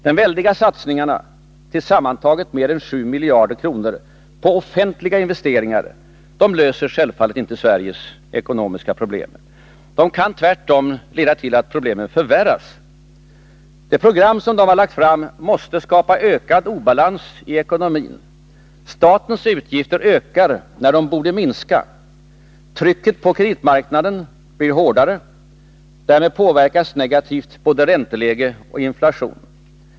De väldiga satsningarna — tillsammantaget mer än 7 miljarder kronor — på offentliga investeringar löser självfallet inte Sveriges ekonomiska problem. De kan tvärtom leda till att problemen förvärras. Det program som socialdemokraterna har lagt fram måste skapa ökad obalans i ekonomin. Statens utgifter ökar när de borde minska. Trycket på kreditmarknaden blir hårdare. Därmed påverkas negativt både ränteläge och inflation.